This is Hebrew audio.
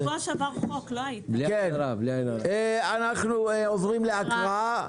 אנחנו עוברים להקראה.